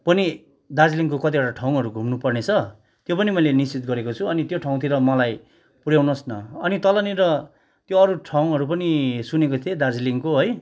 पनि दार्जिलिङको कतिवटा ठाउँहरू घुम्नु पर्ने छ त्यो पनि मैले निश्चित गरेको छु अनि त्यो ठाउँतिर मलाई पुर्याउनुहोस् न अनि तलनिर त्यो अरू ठाउँ पनि सुनेको थिएँ दार्जिलिङको है